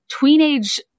tweenage